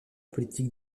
politique